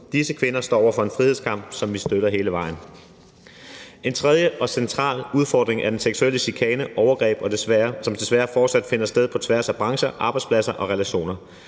Disse kvinder står over for en frihedskamp, som vi støtter hele vejen. En tredje og central udfordring er den seksuelle chikane og overgreb, som desværre fortsat finder sted på tværs af brancher, arbejdspladser og relationer.